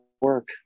work